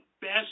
best